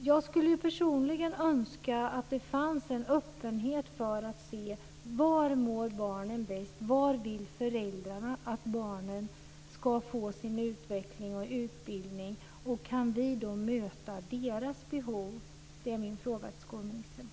Jag skulle personligen önska att det fanns en öppenhet för att se var barnen mår bäst och var föräldrarna vill att barnen ska få sin utveckling och utbildning. Min fråga till skolministern är: Kan vi då möta deras behov?